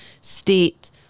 state